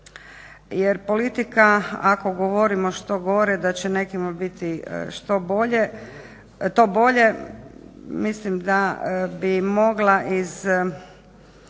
jer politika ako govorimo što gore da će nekima biti što bolje, to bolje, mislim da bi mogla iz